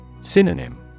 Synonym